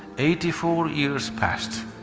eighty-four years passed.